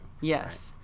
Yes